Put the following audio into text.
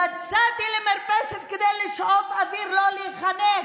יצאתי למרפסת כדי לשאוף אוויר, לא להיחנק.